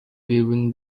giving